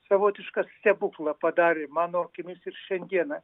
savotišką stebuklą padarė mano akimis ir šiandieną